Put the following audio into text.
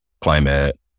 climate